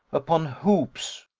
upon hoops.